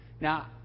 Now